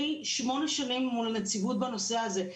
שמונה שנים אני מול הנציבות בנושא הזה.